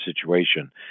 situation